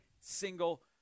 single